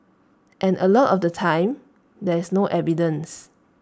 and A lot of the time there is no evidence